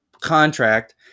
contract